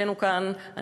שלושתנו כאן,